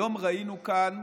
היום ראינו כאן